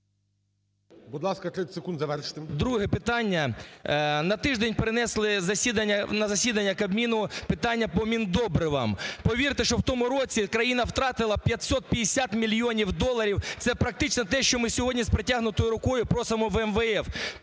Друге питання. На тиждень перенесли на засідання Кабміну питання по міндобривам. Повірте, що в тому році країна втратила 550 мільйонів доларів. Це практично те, що ми сьогодні з протягнутою рукою просимо у МВФ.